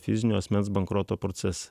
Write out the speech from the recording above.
fizinio asmens bankroto procesas